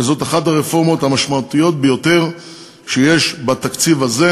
וזאת אחת הרפורמות המשמעותיות ביותר שיש בתקציב הזה,